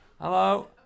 Hello